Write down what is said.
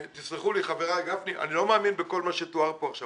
תסלחו לי חבריי אבל אני לא מאמין בכל מה שתואר כאן עכשיו.